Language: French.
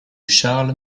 charles